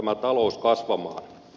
arvoisa puhemies